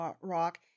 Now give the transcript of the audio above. rock